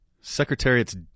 Secretariat's